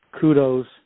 Kudos